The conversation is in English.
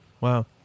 Wow